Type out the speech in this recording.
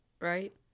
Right